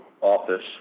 office